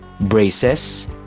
Braces